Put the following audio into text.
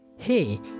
hey